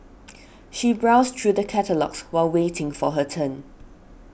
she browsed through the catalogues while waiting for her turn